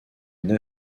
une